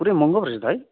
पुरै महँगो पो रहेछ त है